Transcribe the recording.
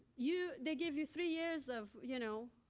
you they give you three years of, you know,